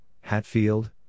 Hatfield